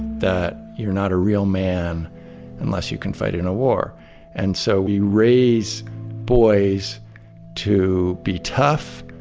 that you're not a real man unless you can fight in a war and so we raise boys to be tough,